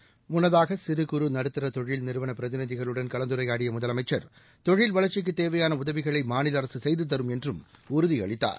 seconds முன்னதாக சிறு குறு நடுத்தர தொழில் நிறுவன பிரதிநிதிகளுடன் கலந்துரையாடிய முதலமைச்சர் தொழில் வளர்ச்சிக்குத் தேவையான உதவிகளை மாநில அரசு செய்து தரும் என்றும் உறுதியளித்தார்